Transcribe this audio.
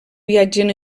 viatgen